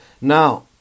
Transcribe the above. Now